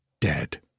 dead